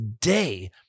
day